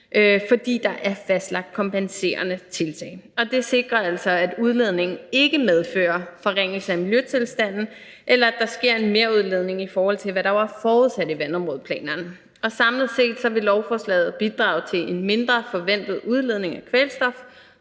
fordi der er fastlagt kompenserende tiltag. Det sikrer altså, at udledningen ikke medfører forringelser i miljøtilstanden, eller at der sker en merudledning, i forhold til hvad der var forudsat i vandområdeplanerne. Og samlet set vil lovforslaget bidrage til en mindre forventet udledning af kvælstof